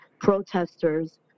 protesters